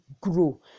grow